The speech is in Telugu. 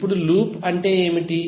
ఇప్పుడు లూప్ అంటే ఏమిటి